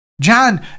John